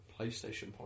PlayStation